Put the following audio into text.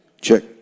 Check